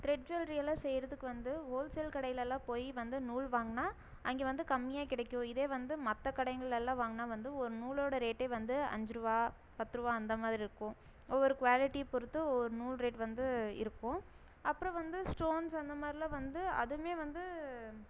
thread ஜுவல்லரியெல்லாம் செய்கிறதுக்கு வந்து ஓல்சேல் கடையிலெல்லாம் போயி வந்து நூல் வாங்குனால் அங்கே வந்து கம்மியாக கிடைக்கும் இதே வந்து மற்ற கடைங்கலெல்லாம் வாங்கினா வந்து ஒரு நூலோடய ரேட்டே வந்து அஞ்சு ரூபா பத்து ரூபா அந்தமாதிரி இருக்கும் ஒவ்வொரு குவாலிட்டி பொறுத்து ஒவ்வொரு நூல் ரேட்டு வந்து இருக்கும் அப்புறம் வந்து ஸ்டோன்ஸ் அந்தமாதிரிலான் வந்து அதுவுமே வந்து